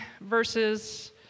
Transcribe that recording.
verses